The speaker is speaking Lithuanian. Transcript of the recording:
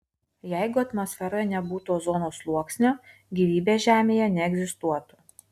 jeigu atmosferoje nebūtų ozono sluoksnio gyvybė žemėje neegzistuotų